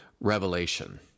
Revelation